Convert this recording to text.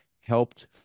helped